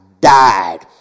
died